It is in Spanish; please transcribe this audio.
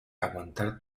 aguantar